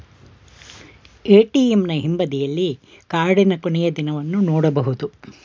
ಎ.ಟಿ.ಎಂನ ಹಿಂಬದಿಯಲ್ಲಿ ಕಾರ್ಡಿನ ಕೊನೆಯ ದಿನವನ್ನು ನೊಡಬಹುದು